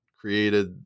created